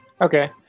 Okay